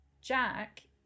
Jack